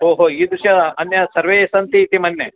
ओहो ईदृशम् अन्य सर्वे सन्ति इति मन्ये